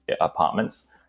apartments